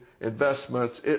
investments